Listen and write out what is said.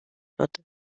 wird